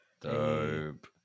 dope